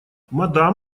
мадам